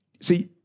See